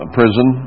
prison